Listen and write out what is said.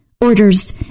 orders